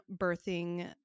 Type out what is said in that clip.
birthing